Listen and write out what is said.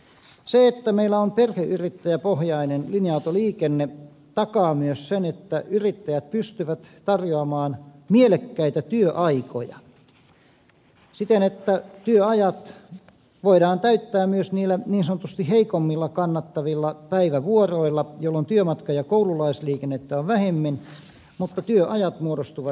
se että meillä on perheyrittäjäpohjainen linja autoliikenne takaa myös sen että yrittäjät pystyvät tarjoamaan mielekkäitä työaikoja siten että työajat voidaan täyttää myös niillä niin sanotusti heikommin kannattavilla päivävuoroilla jolloin työmatka ja koululaisliikennettä on vähemmän mutta työajat muodostuvat mielekkäiksi